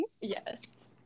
Yes